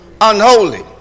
Unholy